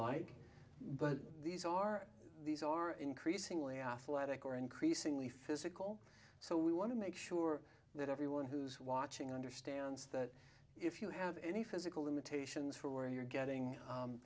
like but these are these are increasingly athletic or increasingly physical so we want to make sure that everyone who's watching understands that if you have any physical limitations for where you're getting